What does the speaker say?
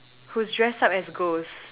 who's dress up as ghost